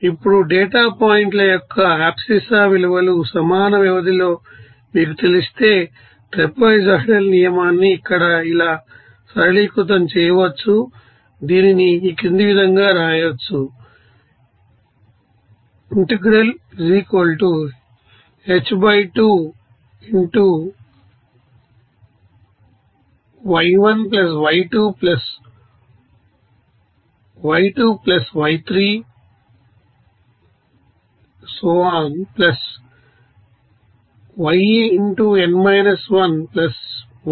ఇప్పుడు డేటా పాయింట్ల యొక్క అబ్సిస్సా విలువలు సమాన వ్యవధిలో మీకు తెలిస్తే ట్రాపెజోయిడల్ నియమాన్ని ఇక్కడ ఇలా సరళీకృతం చేయవచ్చు దీనిని ఈ క్రింది విధంగా వ్రాయవచ్చు